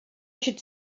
should